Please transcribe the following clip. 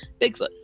Bigfoot